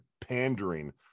pandering